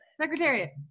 Secretariat